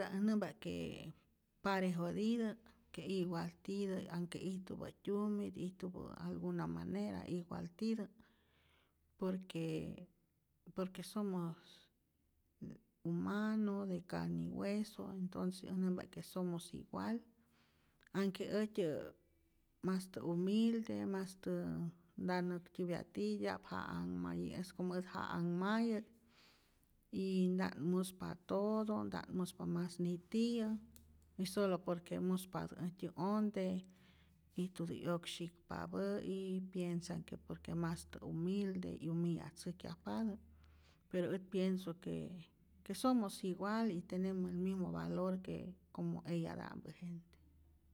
Äj nämpa't que parejotität, que igualtität anhke ijtupä tyumit, ijtupä alguna manera igualtität, por que por que somos humano, de carne y hueso entonce äj nämpat que somos igual, anhke äjtyä' mastä humilde, mastä nta näktyäpya titya'p ja anhmayä es como ät ja anhmayä't, y nta't muspa todo, ntat muspa mas nitiyä y solo por que muspatä äjtyä onte, ijtutä 'yoksyikpapä'i, piensan que por que mastä humilde, 'yumillatzäjkyajpatät, pero ät pienso que que somos igual y temenos el mismo valor que como eyata'mpä'.